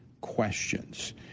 questions